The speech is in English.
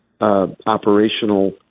operational